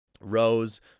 Rows